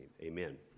amen